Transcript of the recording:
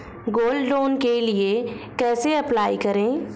Gold loan के लिए कैसे अप्लाई करें?